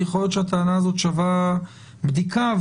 שווה בדיקה,